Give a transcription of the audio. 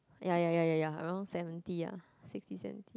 ya ya ya ya around seventy ah sixty seventy